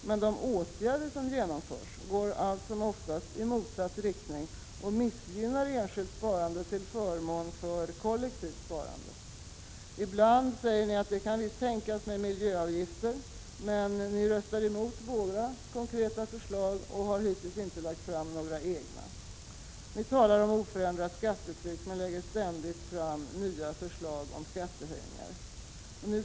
Men de åtgärder som genomförs går allt som oftast i motsatt riktning och missgynnar enskilt sparande till förmån för kollektivt sparande. Ibland säger ni att miljöavgifter visst kan tänkas. Men ni röstar emot våra konkreta förslag och har hittills inte lagt fram några egna. Ni talar om ”oförändrat skattetryck” men lägger ständigt fram nya förslag om skattehöjningar.